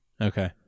Okay